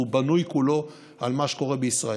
והוא בנוי כולו על מה שקורה בישראל.